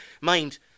Mind